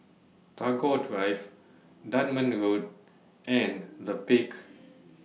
Tagore Drive Dunman Road and The Peak